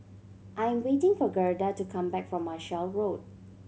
I am waiting for Gerda to come back from Marshall Road